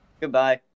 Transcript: Goodbye